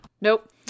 Nope